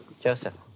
Joseph